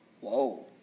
whoa